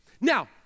Now